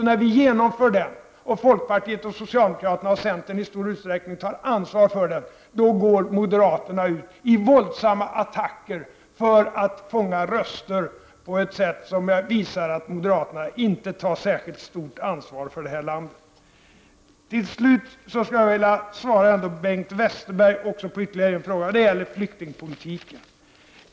När vi genomför den och folkpartiet och socialdemokraterna och i stor utsträckning också centern tar ansvar för den, då går moderaterna ut i våldsamma attacker för att fånga röster på ett sätt som visar att moderaterna inte tar särskilt stort ansvar för landet. Till slut skulle jag vilja svara Bengt Westerberg på ytterligare en fråga, och det gäller flyktingpolitiken.